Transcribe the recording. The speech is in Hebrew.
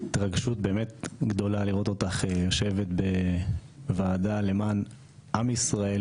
באמת התרגשות גדולה לראות אותך יושבת בוועדה למען עם ישראל